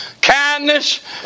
Kindness